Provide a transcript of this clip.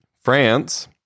France